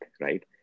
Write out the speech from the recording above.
right